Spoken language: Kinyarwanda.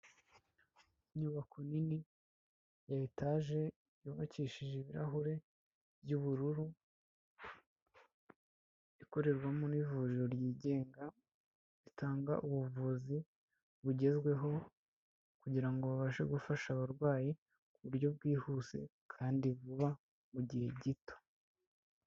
Inyubako nini ya etaje yubakishije ibirahure by'ubururu, ikorerwamo n'ivuriro ryigenga ritanga ubuvuzi bugezweho kugira ngo babashe gufasha abarwayi ku buryo bwihuse kandi vuba mu gihe gito.